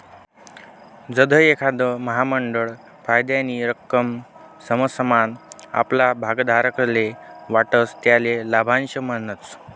जधय एखांद महामंडळ फायदानी रक्कम समसमान आपला भागधारकस्ले वाटस त्याले लाभांश म्हणतस